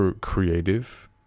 creative